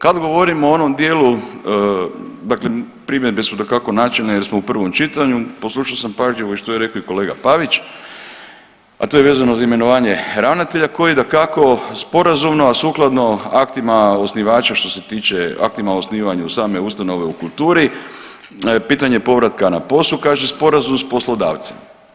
Kad govorimo o onom dijelu dakle primjedbe su dakako načelne jer smo u prvom čitanju, poslušao sam pažljivo i što je rekao i kolega Pavić, a to je vezano za imenovanje ravnatelja koji dakako sporazumno, a sukladno aktima osnivača što se tiče, aktima o osnivanju same ustanove u kulturi, pitanje povratka na posao kaže sporazum s poslodavcem.